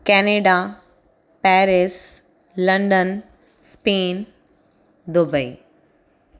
Canada Paris London Spain Dubai